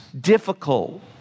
difficult